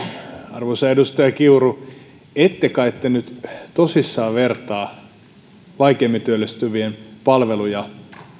arvoisa edustaja kiuru ette kait te nyt tosissanne vertaa vaikeimmin työllistyvien palveluja